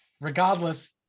regardless